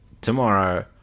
tomorrow